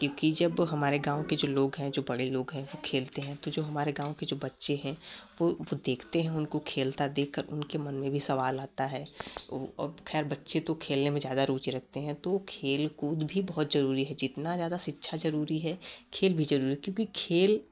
क्योंकि जब हमारे गाँव के जो लोग हैं जो बड़े लोग हैं वो खेलते हैं तो जो हमारे गाँव के जो बच्चे हैं वो वो देखते हैं उनको खेलता देखकर उनके मन में भी सवाल आता है खैर बच्चे तो खेलने में ज्यादा रुचि रखते हैं तो खेल कूद भी बहुत जरूरी है जितना ज्यादा शिक्षा जरूरी है खेल भी जरूरी है क्योंकि खेल